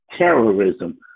terrorism